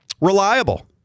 reliable